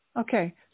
Okay